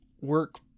work